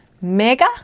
mega